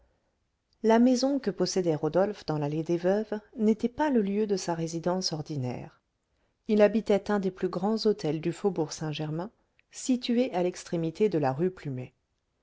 la maison que possédait rodolphe dans l'allée des veuves n'était pas le lieu de sa résidence ordinaire il habitait un des plus grands hôtels du faubourg saint-germain situé à l'extrémité de la rue plumet